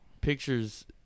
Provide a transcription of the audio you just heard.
pictures